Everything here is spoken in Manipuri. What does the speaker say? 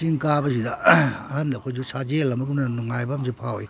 ꯆꯤꯡ ꯀꯥꯕꯁꯤꯗ ꯑꯍꯜ ꯑꯩꯈꯣꯏꯁꯨ ꯁꯥꯖꯦꯜ ꯑꯃꯒꯨꯝꯅ ꯅꯨꯡꯉꯥꯏꯕ ꯑꯃꯁꯨ ꯐꯥꯎꯏ